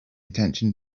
attention